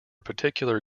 particular